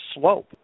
slope